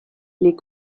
les